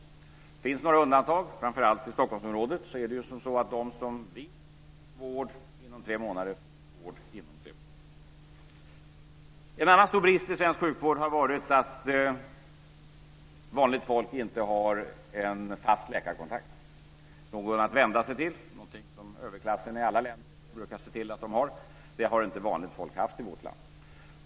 Det finns några undantag. Framför allt i Stockholmsområdet är det ju så att de som vill få vård inom tre månader får vård inom tre månader. En annan stor brist i svensk sjukvård har varit att vanligt folk inte har en fast läkarkontakt, någon att vända sig till, någonting som överklassen i alla länder brukar se till att den har. Det har inte vanligt folk haft i vårt land.